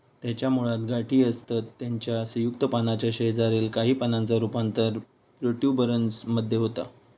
त्याच्या मुळात गाठी असतत त्याच्या संयुक्त पानाच्या शेजारील काही पानांचा रूपांतर प्रोट्युबरन्स मध्ये होता